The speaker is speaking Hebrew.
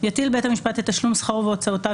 יטיל בית המשפט את תשלום שכרו והוצאותיו